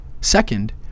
Second